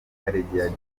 karegeya